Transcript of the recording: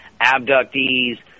abductees